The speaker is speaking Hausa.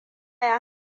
ya